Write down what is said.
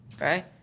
right